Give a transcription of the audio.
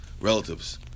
relatives